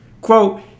Quote